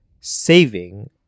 saving